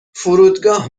فرودگاه